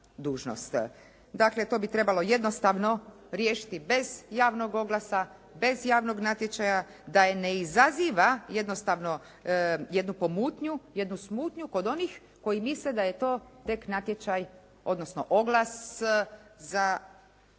Dakle, to bi trebalo jednostavno riješiti bez javnog oglasa, bez javnog natječaja da ne izaziva jednostavno jednu pomutnju, jednu smutnju kod onih koji misle da je to tek natječaj, odnosno oglas za